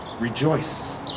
Rejoice